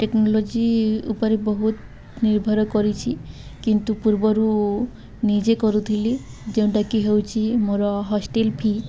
technology ଉପରେ ବହୁତ ନିର୍ଭର କରିଛି କିନ୍ତୁ ପୂର୍ବରୁ ନିଜେ କରୁଥିଲି ଯେଉଁଟାକି ହେଉଛି ମୋର ହଷ୍ଟେଲ୍ ଫି